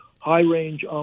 high-range